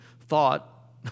thought